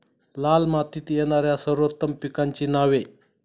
लाल मातीत येणाऱ्या सर्वोत्तम पिकांची नावे?